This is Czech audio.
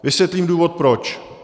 Vysvětlím důvod proč.